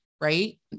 Right